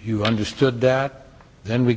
you understood that then we